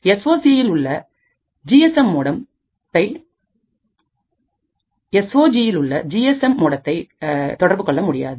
S O சியில் உள்ள G S M மோடத்தை தொடர்பு கொள்ள முடியாது